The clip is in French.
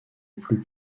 plus